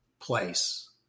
place